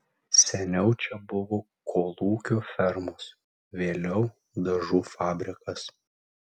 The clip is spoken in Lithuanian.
seniau čia buvo kolūkio fermos vėliau dažų fabrikas